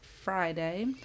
Friday